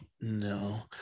No